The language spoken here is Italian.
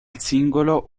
singolo